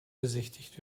besichtigt